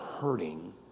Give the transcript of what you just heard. hurting